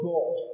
God